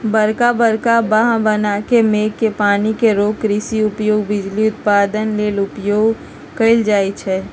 बरका बरका बांह बना के मेघ के पानी के रोक कृषि उपयोग, बिजली उत्पादन लेल उपयोग कएल जाइ छइ